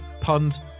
puns